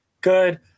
Good